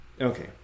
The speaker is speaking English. Okay